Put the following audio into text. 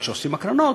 כשעושים הקרנות,